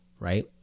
Right